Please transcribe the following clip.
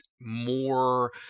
more